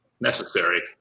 necessary